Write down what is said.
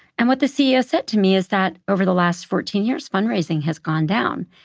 and what the ceo said to me is that, over the last fourteen years, fundraising has gone down.